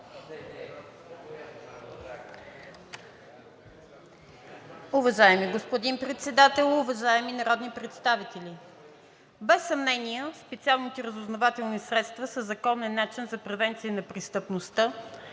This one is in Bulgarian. Уважаеми господин председател, уважаеми народни представители! Без съмнение специалните разузнавателни служби са законен начин за превенция на престъпността